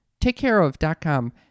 TakeCareOf.com